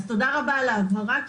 אז תודה רבה על ההבהרה,